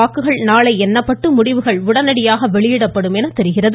வாக்குகள் நாளை எண்ணப்பட்டு முடிவுகள் உடனடியாக வெளியிடப்படும் எனத்தெரிகிறது